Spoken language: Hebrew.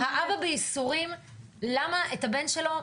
האבא בייסורים למה את הבן שלו,